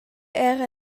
era